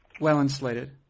well-insulated